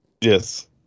Yes